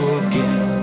again